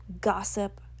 gossip